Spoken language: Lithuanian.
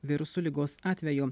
virusu ligos atveju